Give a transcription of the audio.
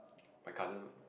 my cousin